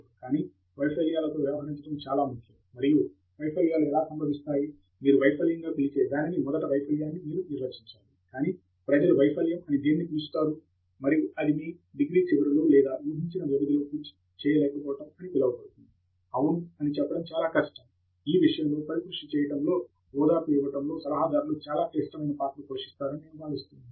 కానీ వైఫల్యాలతో వ్యవహరించడం చాలా ముఖ్యం మరియు వైఫల్యాలు ఎలా సంభవిస్తాయి మీరు వైఫల్యంగా పిలిచే దానిని మొదట వైఫల్యాన్ని మీరు నిర్వచించాలి కాని ప్రజలు వైఫల్యం అని దేనిని పిలుస్తారు మరియు అది మీ డిగ్రీ చివరిలో లేదా ఊహించిన వ్యవధి లో పూర్తి చేయలేక పోవటం అని పిలవబడుతుంది అవును చెప్పడం చాలా కష్టం ఈ విషయములో పరిపృష్టి చేయడం లో ఓదార్పు ఇవ్వడంలో సలహాదారులు చాలా క్లిష్టమైన పాత్ర పోషిస్తారని నేను భావిస్తున్నాను